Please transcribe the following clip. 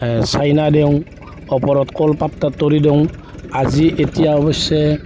China দিওঁ ওপৰত কলপাত তাত তৰি দিওঁ আজি এতিয়া অৱশ্যে